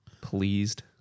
Pleased